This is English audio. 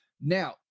Now